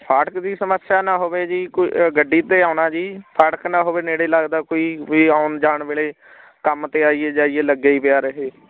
ਫਾਟਕ ਦੀ ਸਮੱਸਿਆ ਨਾ ਹੋਵੇ ਜੀ ਕੋਈ ਗੱਡੀ 'ਤੇ ਆਉਣਾ ਜੀ ਫਾਟਕ ਨਾ ਹੋਵੇ ਨੇੜੇ ਲੱਗਦਾ ਕੋਈ ਕੋਈ ਆਉਣ ਜਾਣ ਵੇਲੇ ਕੰਮ 'ਤੇ ਆਈਏ ਜਾਈਏ ਲੱਗੇ ਹੀ ਪਿਆ ਰਹੇ